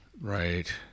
Right